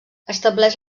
estableix